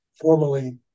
formally